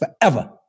forever